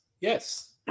yes